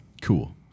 Cool